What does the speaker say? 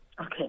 Okay